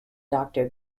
doctor